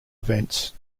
events